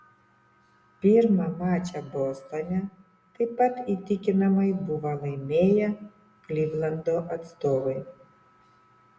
pirmą mačą bostone taip pat įtikinamai buvo laimėję klivlando atstovai